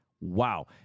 wow